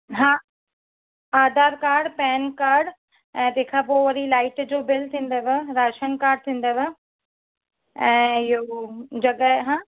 हा Aadhaar card PAN card ऐं तंहिंखां पोइ वरी लाईट जो बिल थींदव राशन कार्ड थींदव ऐं इहो जॻहि हां